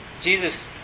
Jesus